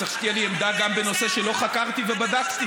צריך שתהיה לי עמדה גם בנושא שלא חקרתי ובדקתי?